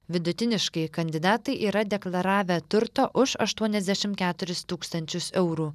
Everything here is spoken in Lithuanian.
vidutiniškai kandidatai yra deklaravę turto už aštuoniasdešimt keturis tūkstančius eurų